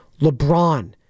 LeBron